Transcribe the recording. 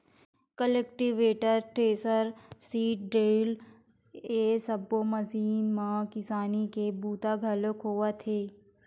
cultivator, thresher, seed drill ए सब्बो machine म किसानी के बूता घलोक होवत हे